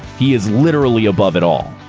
he is literally above it all.